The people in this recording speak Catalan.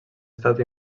estat